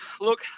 Look